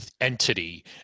entity